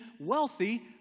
wealthy